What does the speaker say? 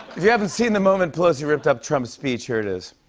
if you haven't seen the moment pelosi ripped up trump's speech, here it is.